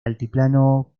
altiplano